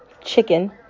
chicken